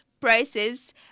prices